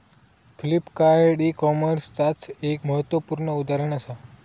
Flipkart e कॉमर्सचाच एक महत्वपूर्ण उदाहरण असा